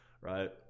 right